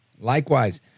Likewise